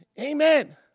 Amen